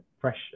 fresh